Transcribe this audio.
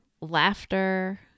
laughter